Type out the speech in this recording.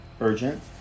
urgent